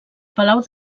palau